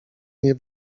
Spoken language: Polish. nie